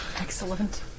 excellent